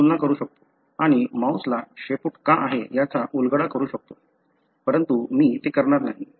मी तुलना करू शकतो आणि माऊसला शेपूट का आहे याचा उलगडा करू शकतो परंतु मी ते करणार नाही